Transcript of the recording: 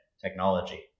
technology